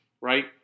Right